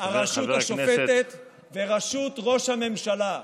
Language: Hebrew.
חבר הכנסת, הרשות השופטת ורשות ראש הממשלה.